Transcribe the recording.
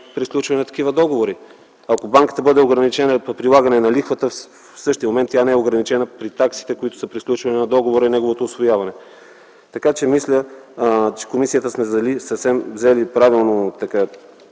при сключване на такива договори? Ако банката бъде ограничена при прилагане на лихвата, в същия момент тя не е ограничена при таксите, които са при сключване на договора и неговото усвояване. Мисля, че в комисията сме взели правилно